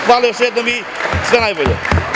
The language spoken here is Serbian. Hvala još jednom i sve najbolje.